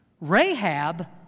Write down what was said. Rahab